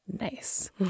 nice